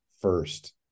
first